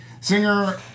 Singer